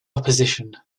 opposition